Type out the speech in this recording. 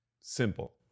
Simple